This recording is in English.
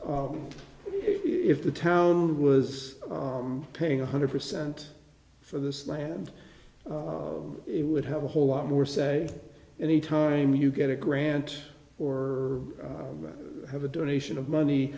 is if the town was paying one hundred percent for this land it would have a whole lot more say any time you get a grant or have a donation of money